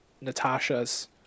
Natasha's